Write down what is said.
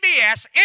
CBS